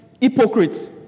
hypocrites